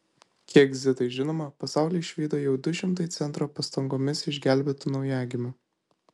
kiek zitai žinoma pasaulį išvydo jau du šimtai centro pastangomis išgelbėtų naujagimių